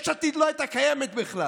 יש עתיד לא הייתה קיימת בכלל,